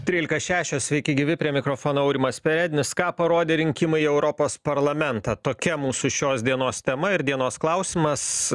trylika šešios sveiki gyvi prie mikrofono aurimas perednis ką parodė rinkimai į europos parlamentą tokia mūsų šios dienos tema ir dienos klausimas